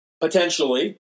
Potentially